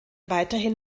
weiterhin